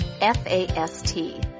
F-A-S-T